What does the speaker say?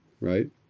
Right